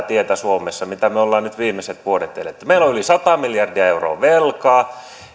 tietä suomessa mitä me olemme nyt viimeiset vuodet eläneet meillä on yli sata miljardia euroa velkaa